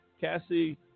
Cassie